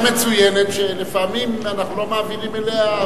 זו ועדה מצוינת שלפעמים אנחנו לא מעבירים אליה,